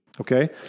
okay